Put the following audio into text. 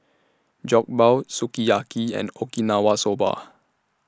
Jokbal Sukiyaki and Okinawa Soba